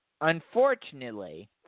unfortunately